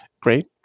great